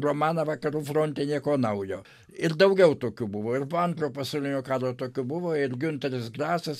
romaną vakarų fronte nieko naujo ir daugiau tokių buvo ir po antro pasaulinio karo tokių buvo ir giunteris grasas